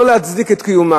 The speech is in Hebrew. לא כדי להצדיק את קיומם,